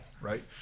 right